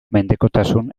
mendekotasun